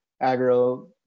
agro